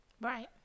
Right